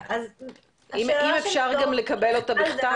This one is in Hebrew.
אם אפשר גם לקבל אותה בכתב,